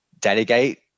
delegate